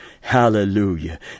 Hallelujah